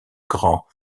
grand